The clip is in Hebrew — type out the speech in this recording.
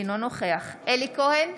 אינו נוכח אלי כהן,